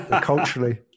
culturally